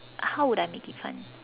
how would I make it fun